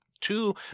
two